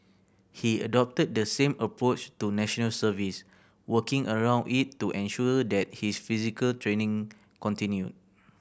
he adopted the same approach to National Service working around it to ensure that his physical training continued